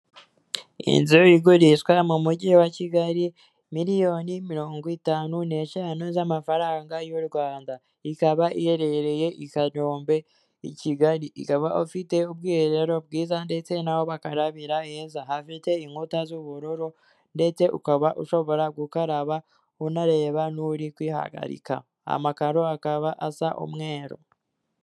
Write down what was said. Ni inzu igurishwa mu mujyi wa kigali miliyoni mirongo itanu n'eshanu z'amafaranga y'u rwanda, ikaba iherereye i kanombe ikigali ikaba ifite ubwiherero bwiza ndetse naho bakarabira heza hafite inkuta z'ubururu ndetse ukaba ushobora gukaraba unareba n'uri kwihagarika amakaro akaba asa umwero